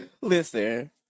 Listen